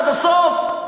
עד הסוף?